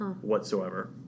whatsoever